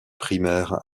primaires